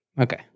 Okay